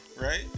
right